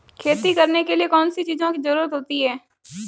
खेती करने के लिए कौनसी चीज़ों की ज़रूरत होती हैं?